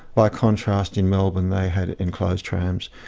by contrast in melbourne, they had enclosed trams,